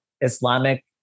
Islamic